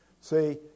See